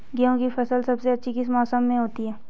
गेहूँ की फसल सबसे अच्छी किस मौसम में होती है